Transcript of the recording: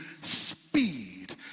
speed